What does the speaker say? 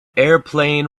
airplane